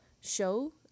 show